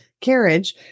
carriage